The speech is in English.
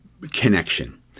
connection